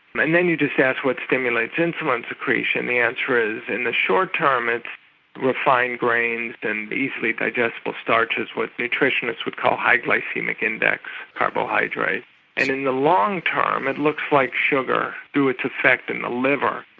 and then you just ask what stimulates insulin secretion, and the answer is in the short term it's refined grains and easily digestible starches, what nutritionists would call high glycaemic index carbohydrates. and in the long term it looks like sugar, through its effect in the liver,